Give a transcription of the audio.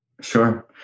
Sure